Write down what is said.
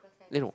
aye no